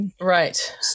Right